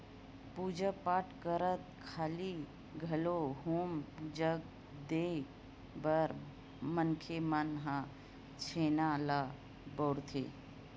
पूजा पाठ करत खानी घलोक हूम जग देय बर मनखे मन ह छेना ल बउरथे